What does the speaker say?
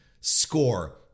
score